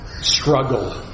struggle